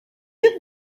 you